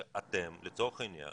שאתם לצורך העניין